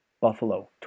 Buffalo